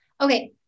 Okay